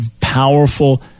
Powerful